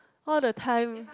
all the time